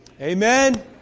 Amen